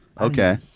okay